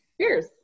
Cheers